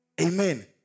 Amen